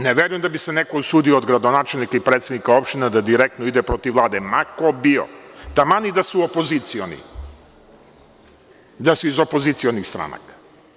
Ne verujem da bi se neko usudio od gradonačelnika i predsednika opština da direktno ide protiv Vlade, ma ko bio, taman i da su iz opozicionih stranaka.